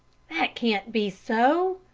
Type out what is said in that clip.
that can't be so,